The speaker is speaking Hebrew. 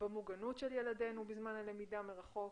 במוגנות של ילידנו בזמן הלמידה מרחוק?